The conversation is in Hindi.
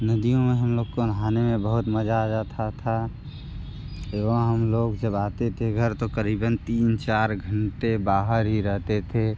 नदियों में हम लोग को नहाने में बहुत मज़ा आ जाता था एवम जब हम लोग जब आते थे घर तो करीबन तीन चार घंटे बाहर ही रहते थे